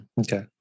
Okay